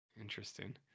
Interesting